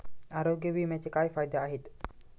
आरोग्य विम्याचे काय फायदे आहेत?